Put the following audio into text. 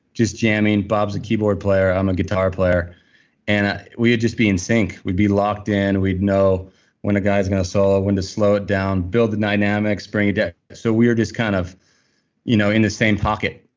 just jamming. bob's a keyboard player. i'm a guitar player and we would just be in sync. we'd be locked in, we'd know when a guy's going to solo, when to slow it down, build a dynamic, spring a deck. so, we're just kind of you know in the same pocket.